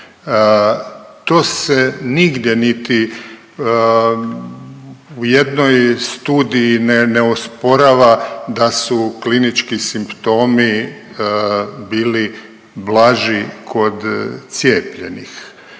To se nigdje niti u jednoj studiji ne osporava da su klinički simptomi bili blaži kod cijepljenih.